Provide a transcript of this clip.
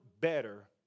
better